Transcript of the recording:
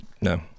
no